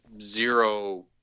zero